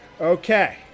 okay